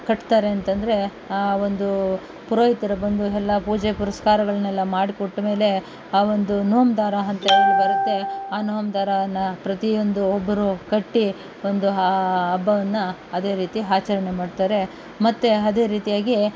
ಕಟ್ತಾರೆ ಅಂತಂದ್ರೆ ಆ ಒಂದು ಪುರೋಹಿತರು ಬಂದು ಎಲ್ಲ ಪೂಜೆ ಪುರಸ್ಕರಗಳನೆಲ್ಲ ಮಾಡಿ ಕೊಟ್ಮೇಲೆ ಆ ಒಂದು ನೂಮ್ ದಾರ ಅಂತ ಏನು ಬರುತ್ತೆ ಆ ನೂಮ್ ದಾರವನ್ನು ಪ್ರತಿಯೊಂದು ಒಬ್ರು ಕಟ್ಟಿ ಒಂದು ಆ ಹಬ್ಬವನ್ನು ಅದೇ ರೀತಿ ಆಚರ್ಣೆ ಮಾಡ್ತಾರೆ ಮತ್ತೆ ಅದೇ ರೀತಿಯಾಗಿ